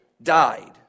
died